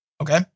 Okay